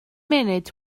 munud